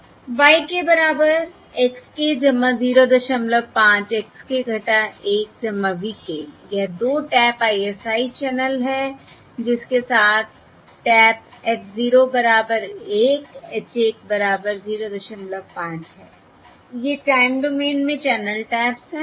y k बराबर x k 05 x k 1 v k यह 2 tap ISI channel है जिसके साथ टैप h 0 बराबर 1 h 1 बराबर 05 है ये टाइम डोमेन में चैनल टैप्स हैं